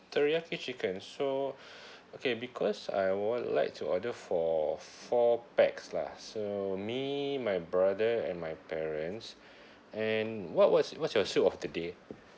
teriyaki chicken so okay because I would like to order for four pax lah so me my brother and my parents and what what's what's your soup of the day